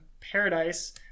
Paradise